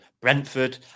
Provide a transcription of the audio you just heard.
Brentford